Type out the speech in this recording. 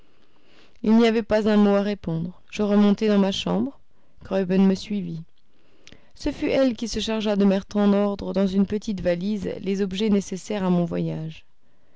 il n'y avait pas un mot à répondre je remontai dans ma chambre graüben me suivit ce fut elle qui se chargea de mettre en ordre dans une petite valise les objets nécessaires à mon voyage